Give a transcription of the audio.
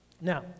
Now